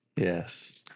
Yes